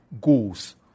goals